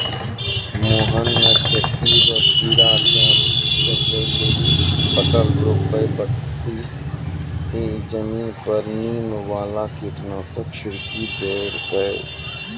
मोहन नॅ खेती रो कीड़ा स बचै लेली फसल रोपै बक्ती हीं जमीन पर नीम वाला कीटनाशक छिड़की देलकै